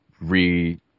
re